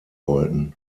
wollten